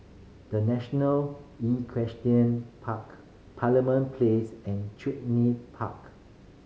The National Equestrian Park Parliament Place and Chuny Park